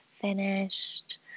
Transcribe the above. finished